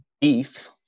beef